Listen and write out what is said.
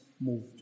moved